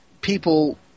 people